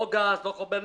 לא לגז, לא לחומר נפץ,